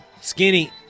Skinny